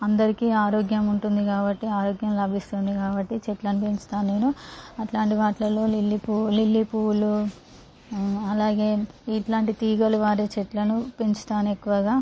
అందరికీ ఆరోగ్యం ఉంటుంది కాబట్టి ఆరోగ్యం లభిస్తుంది కాబట్టి చెట్లను పెంచుతా నేను అట్లాంటి వాటిలలో లిల్లీ పువ్వు లిల్లీ పువ్వులు అలాగే ఇట్లాంటి తీగలు పారే చెట్లను పెంచుతాను ఎక్కువగా